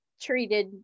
treated